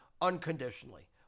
unconditionally